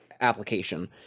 application